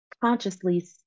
consciously